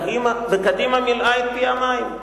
וקדימה מילאה את פיה מים,